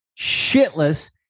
shitless